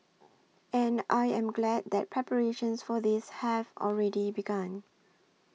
and I am glad that preparations for this have already begun